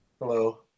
Hello